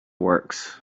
works